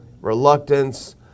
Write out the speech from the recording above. reluctance